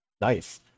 nice